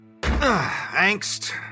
Angst